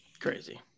Crazy